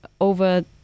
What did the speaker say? over